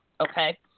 Okay